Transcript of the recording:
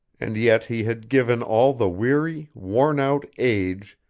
and yet he had given all the weary, worn-out age,